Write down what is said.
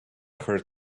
her